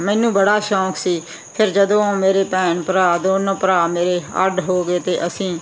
ਮੈਨੂੰ ਬੜਾ ਸ਼ੌਂਕ ਸੀ ਫਿਰ ਜਦੋਂ ਮੇਰੇ ਭੈਣ ਭਰਾ ਦੋਨੋਂ ਭਰਾ ਮੇਰੇ ਅੱਡ ਹੋ ਗਏ ਤਾਂ ਅਸੀਂ